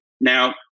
Now